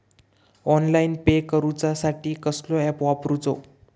Online pay करूचा साठी कसलो ऍप वापरूचो?